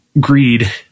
greed